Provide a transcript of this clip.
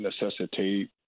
necessitate